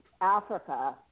Africa